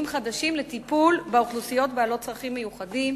חדשים לטיפול באוכלוסיות בעלות צרכים מיוחדים,